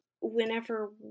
whenever